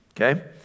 okay